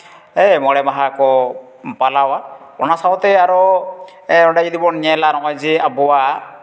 ᱦᱮᱸ ᱢᱚᱬᱮ ᱢᱟᱦᱟ ᱠᱚ ᱯᱟᱞᱟᱣᱟ ᱚᱱᱟ ᱥᱟᱶᱛᱮ ᱟᱨᱚ ᱚᱸᱰᱮ ᱡᱩᱫᱤ ᱵᱚᱱ ᱧᱮᱞᱟ ᱱᱚᱜᱼᱚᱭ ᱡᱮ ᱟᱵᱚᱣᱟᱜ